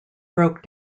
broke